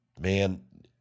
man